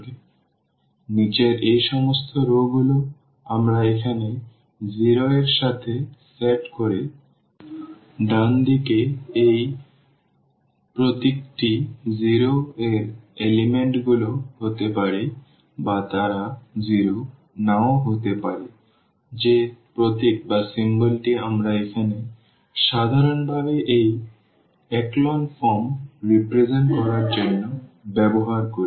সুতরাং নীচের এই সমস্ত রওগুলি আমরা এখানে 0 এর সাথে সেট করেছি ডান দিকে এই প্রতীকটি 0 এই উপাদানগুলি হতে পারে বা তারা 0 নাও হতে পারে যে প্রতীকটি আমরা এখানে সাধারণভাবে এই echelon form প্রতিনিধিত্ব করার জন্য ব্যবহার করি